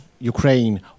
Ukraine